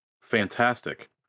fantastic